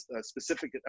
specific